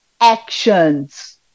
actions